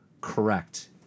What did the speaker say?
correct